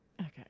okay